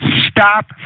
Stop